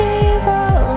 evil